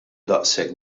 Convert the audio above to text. daqshekk